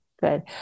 good